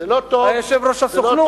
היה יושב-ראש הסוכנות,